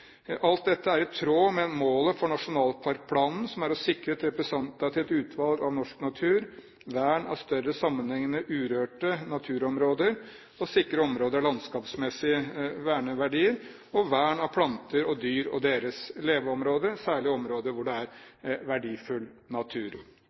Alt dette er i tråd med målet for nasjonalparkplanen, som er å sikre et representativt utvalg av norsk natur, å sikre vern av større, sammenhengende urørte naturområder, å sikre områder med landskapsmessige verneverdier og å sikre vern av planter og dyr og deres leveområder, særlig områder hvor det er